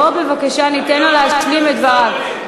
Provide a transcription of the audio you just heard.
בוא בבקשה ניתן לו להשלים את דבריו.